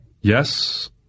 Yes